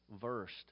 versed